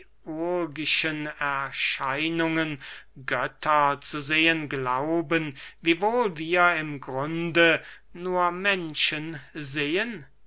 erscheinungen götter zu sehen glauben wiewohl wir im grunde nur menschen sehen